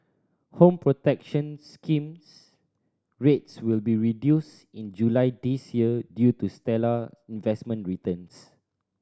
Home Protection Scheme rates will be reduced in July this year due to stellar investment returns